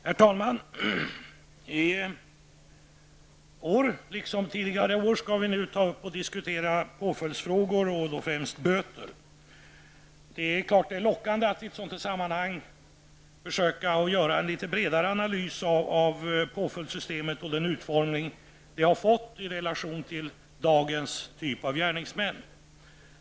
Herr talman! I år skall vi, liksom tidigare år, diskutera påföljdsfrågor, och då främst böter. Det är naturligtvis lockande att i ett sådant sammanhang försöka göra en något bredare analys av påföljdssystemet och den utformning det har fått i relation till dagens typ av gärningsmän.